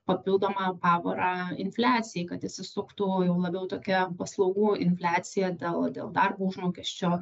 papildomą pavarą infliacijai kad įsisuktų juo labiau tokia paslaugų infliacija dėl dėl darbo užmokesčio